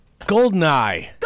Goldeneye